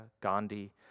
Gandhi